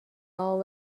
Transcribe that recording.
all